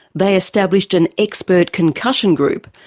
they established an expert concussion group,